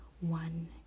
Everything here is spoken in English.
one